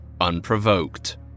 unprovoked